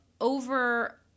over